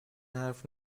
حرف